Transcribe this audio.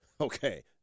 okay